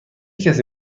کسی